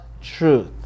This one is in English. truth